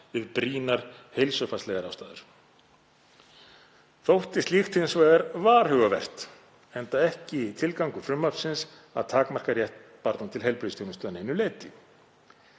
við „brýnar“ heilsufarslegar ástæður. Þótti slíkt hins vegar varhugavert enda ekki tilgangur frumvarpsins að takmarka rétt barna til heilbrigðisþjónustu að neinu leyti.“